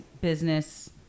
business